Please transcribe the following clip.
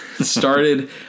started